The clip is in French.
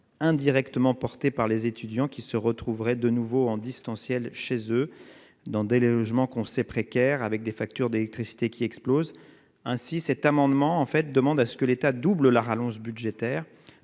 indirectement supporté par les étudiants, qui se retrouveraient de nouveau en distanciel, chez eux, dans des logements que l'on sait précaires et avec des factures d'électricité qui explosent. Ainsi, par cet amendement, nous demandons que l'État double la rallonge budgétaire